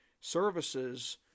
services